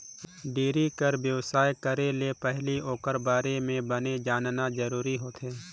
dairy कर बेवसाय करे ले पहिली ओखर बारे म बने जानना जरूरी होथे